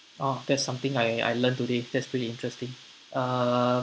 orh that's something I I learnt today that's pretty interesting uh